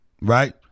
right